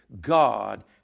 God